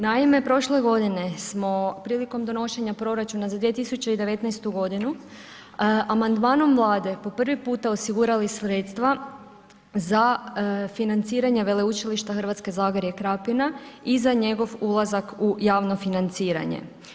Naime, prošle godine smo prilikom donošenja proračuna za 2019. g. amandmanom Vlade po prvi puta osigurali sredstva za financiranje Veleučilišta Hrvatsko zagorje i Krapina i za njegov ulazak u javno financiranje.